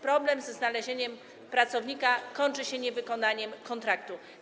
Problem ze znalezieniem pracownika kończy się niewykonaniem kontraktu.